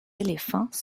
éléphants